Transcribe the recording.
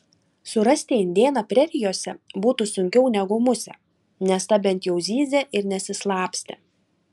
surasti indėną prerijose būtų sunkiau negu musę nes ta bent jau zyzė ir nesislapstė